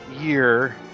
year